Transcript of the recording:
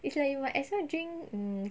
it's like you might as well drink mm